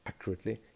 accurately